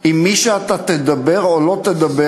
עם מי שאתה תדבר או לא תדבר,